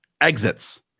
exits